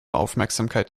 aufmerksamkeit